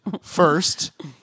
First